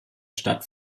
stadt